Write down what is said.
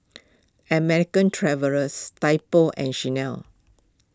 American Travellers Typo and Chanel